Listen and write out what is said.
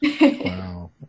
wow